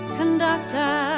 conductor